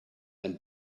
and